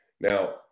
Now